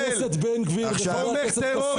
חבר הכנסת בן גביר וחבר הכנסת כסיף,